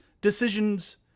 decisions